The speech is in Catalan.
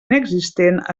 inexistent